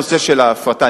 הנושא של ההפרטה,